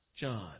John